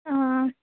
অ